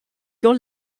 your